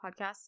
podcast